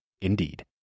Indeed